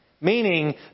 meaning